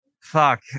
fuck